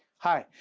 hi,